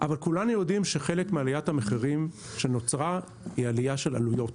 אבל כולנו יודעים שחלק מעליית המחירים שנוצרה היא עלייה של עלויות.